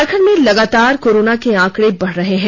झारखंड में लगातार कोरोना के आंकड़े बढ़ रहे हैं